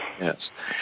Yes